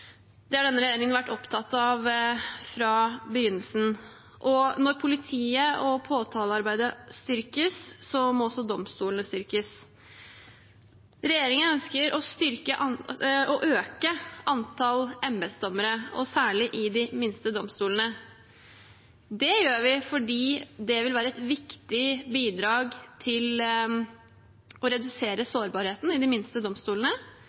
Det har denne regjeringen vært opptatt av fra begynnelsen. Når politiet og påtalearbeidet styrkes, må også domstolene styrkes. Regjeringen ønsker å øke antallet embetsdommere, særlig i de minste domstolene. Det gjør vi fordi det vil være et viktig bidrag til å redusere sårbarheten i de minste domstolene.